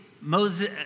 Moses